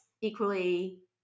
equally